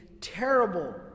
terrible